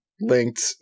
linked